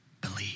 Believe